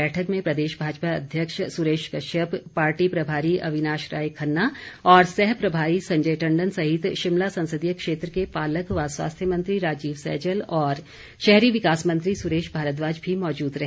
बैठक में प्रदेश भाजपा अध्यक्ष सुरेश कश्यप पार्टी प्रभारी अविनाश राय खन्ना और सहप्रभारी संजय टंडन सहित शिमला संसदीय क्षेत्र के पालक व स्वास्थ्य मंत्री राजीव सैजल और शहरी विकास मंत्री सुरेश भारद्वाज भी मौजूद रहे